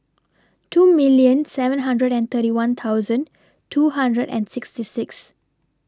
two million seven hundred and thirty one thousand two hundred and sixty six